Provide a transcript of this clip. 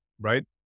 right